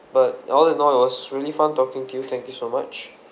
but all in all it was really fun talking to you thank you so much